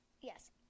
Yes